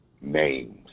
Names